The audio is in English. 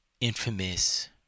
infamous